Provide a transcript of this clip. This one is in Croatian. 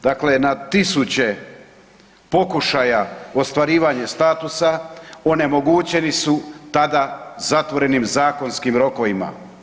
Dakle, na tisuće pokušaja ostvarivanje statusa onemogućeni su tada zatvorenim zakonskim rokovima.